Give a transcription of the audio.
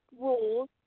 rules